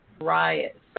riot